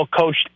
coached